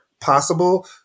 possible